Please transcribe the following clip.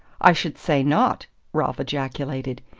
i should say not! ralph ejaculated.